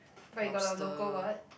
but you got the local what